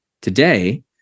Today